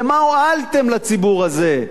במה הועלתם לציבור הזה?